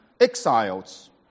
exiles